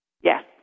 Yes